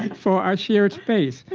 for our shared space.